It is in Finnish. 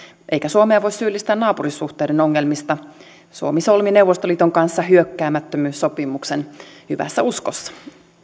eikä suomea voi syyllistää naapurisuhteiden ongelmista suomi solmi neuvostoliiton kanssa hyökkäämättömyyssopimuksen hyvässä uskossa